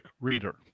reader